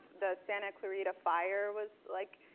the santa clarita fire was, like,